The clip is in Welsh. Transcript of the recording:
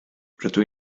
rydw